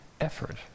effort